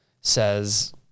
says